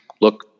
Look